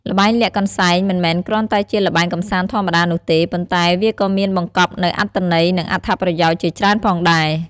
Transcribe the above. ល្បែងលាក់កន្សែង មិនមែនគ្រាន់តែជាល្បែងកម្សាន្តធម្មតានោះទេ ប៉ុន្តែវាក៏មានបង្កប់នូវអត្ថន័យ និងអត្ថប្រយោជន៍ជាច្រើនផងដែរ។